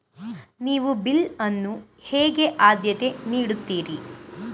ನೀವು ಬಿಲ್ ಅನ್ನು ಹೇಗೆ ಆದ್ಯತೆ ನೀಡುತ್ತೀರಿ?